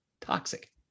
toxic